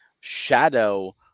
shadow